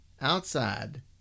outside